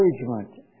encouragement